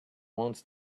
wants